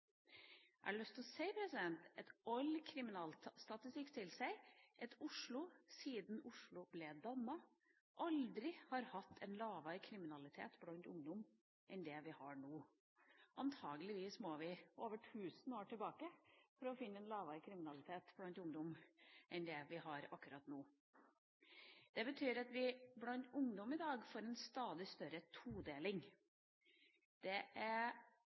til. All kriminalstatistikk tilsier at Oslo, siden Oslo ble dannet, aldri har hatt en lavere kriminalitet blant ungdom enn det vi har nå. Antageligvis må vi over 1 000 år tilbake for å finne en lavere kriminalitet blant ungdom enn det vi har akkurat nå. Det betyr at vi blant ungdom i dag får en stadig større